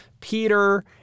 peter